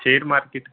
share market